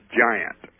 giant